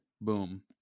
Boom